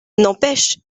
n’empêche